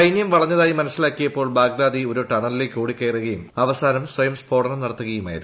സൈന്യം വളഞ്ഞതായി മനസ്സില്ലൂക്കിയപ്പോൾ ബാഗ്ദാദി ഒരു ടണലിലേക്ക് ഓടിക്കയറുകയും അവസാനം സ്ത്യം സ്ഫോടനം നടത്തുകയായിരുന്നു